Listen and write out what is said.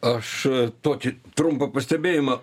aš tokį trumpą pastebėjimą